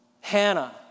Hannah